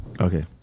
Okay